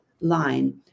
line